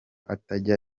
atajya